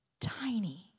Tiny